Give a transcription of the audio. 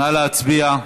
נא להצביע.